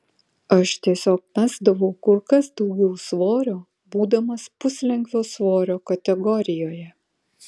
aš tiesiog mesdavau kur kas daugiau svorio būdamas puslengvio svorio kategorijoje